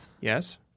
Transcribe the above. Yes